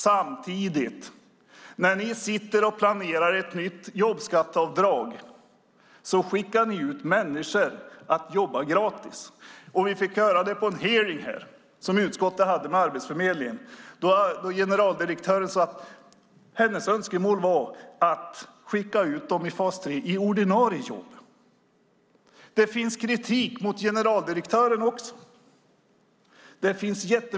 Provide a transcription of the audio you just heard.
Samtidigt som ni sitter och planerar ett nytt jobbskatteavdrag skickar ni ut människor att jobba gratis. På en hearing som utskottet hade med Arbetsförmedlingen fick vi höra generaldirektören säga att hennes önskemål var att skicka ut dem i fas 3 i ordinarie jobb. Det finns jättemycket kritik mot generaldirektören också.